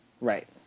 Right